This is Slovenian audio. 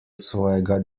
svojega